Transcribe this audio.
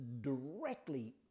directly